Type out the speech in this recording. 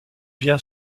bien